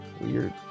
Weird